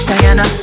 Diana